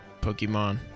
Pokemon